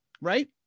right